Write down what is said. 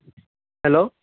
hello